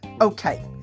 Okay